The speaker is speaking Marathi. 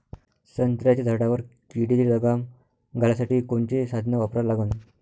संत्र्याच्या झाडावर किडीले लगाम घालासाठी कोनचे साधनं वापरा लागन?